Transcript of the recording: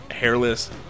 hairless